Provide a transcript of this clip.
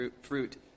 fruit